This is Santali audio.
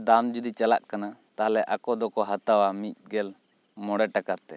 ᱫᱟᱢ ᱡᱩᱫᱤ ᱪᱟᱞᱟᱜ ᱠᱟᱱᱟ ᱛᱟᱦᱚᱞᱮ ᱟᱠᱚ ᱫᱚᱠᱚ ᱦᱟᱛᱟᱣᱟ ᱢᱤᱫ ᱜᱮᱞ ᱢᱚᱬᱮ ᱴᱟᱠᱟ ᱛᱮ